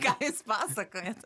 ką jūs pasakojat